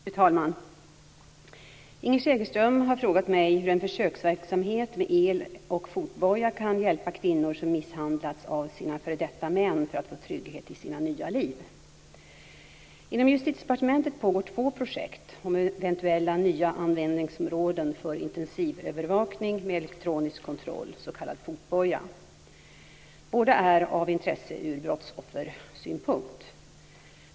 Fru talman! Inger Segelström har frågat mig hur en försöksverksamhet med el och fotboja kan hjälpa kvinnor som misshandlats av sina f.d. män att få trygghet i sina nya liv. Inom Justitiedepartementet pågår två projekt om eventuella nya användningsområden för intensivövervakning med elektronisk kontroll, s.k. fotboja. Båda är av intresse ur brottsoffersynpunkt.